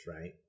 Right